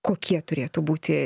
kokie turėtų būti